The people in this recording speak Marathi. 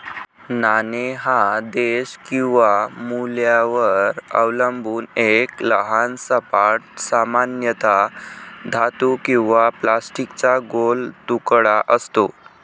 नाणे हा देश किंवा मूल्यावर अवलंबून एक लहान सपाट, सामान्यतः धातू किंवा प्लास्टिकचा गोल तुकडा असतो